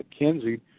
mckenzie